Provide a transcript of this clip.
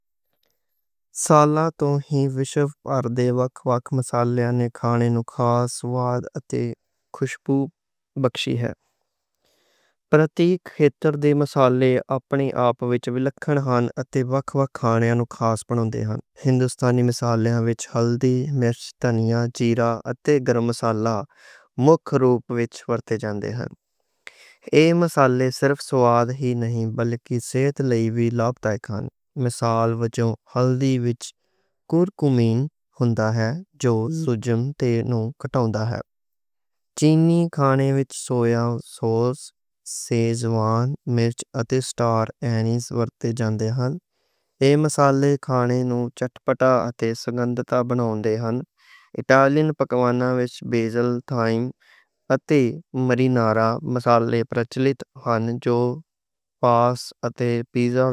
سالاں توں ایشیا تے وکھ وکھوں علاقیاں نے کھانے نوں خوشبو متی ہے۔ پراتی تِتی مصالحے اپنیاں وِلکھن کھان تے وکھانیاں اوکھا بولن دِتّی، مثالیں وی اتے میڈیٹرینین جاں دیاں دے، اتھے جاں تے کھائے۔ ایہ مثالیں سوئی، بلکہ اسٹائل، اٹالی سٹائل ای جِیلا ٹائی کھان مثالیں چون، کوکنگ ہون تاکہ جِی اولونگ تے نوں کٹوں تاں حقیقتاً وے سویا سوسز، مرینیز نال، تے دنیا تیکھانے مصالحے کھانیں نوں۔ اک بات تے سنتھتا بنّن دا ہوندا، لیپنا ای، اٹالیانا، گرم مصالحہ پئی کھان اور تے پیزا۔